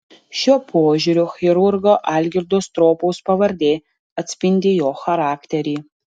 šiuo požiūriu chirurgo algirdo stropaus pavardė atspindi jo charakterį